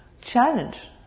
challenge